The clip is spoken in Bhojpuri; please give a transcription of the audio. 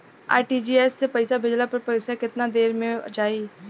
आर.टी.जी.एस से पईसा भेजला पर पईसा केतना देर म जाई?